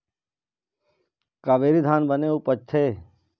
कावेरी धान बने उपजथे?